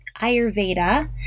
Ayurveda